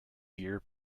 beer